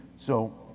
so.